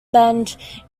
bend